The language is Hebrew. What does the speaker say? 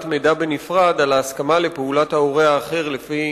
מידע בנפרד על ההסכמה לפעולת ההורה האחר לפי